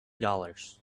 dollars